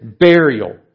burial